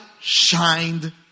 shined